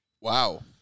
Wow